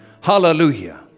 Hallelujah